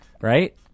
right